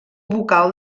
vocal